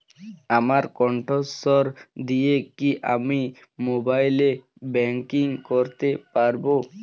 আমার কন্ঠস্বর দিয়ে কি আমি মোবাইলে ব্যাংকিং করতে পারবো?